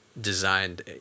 designed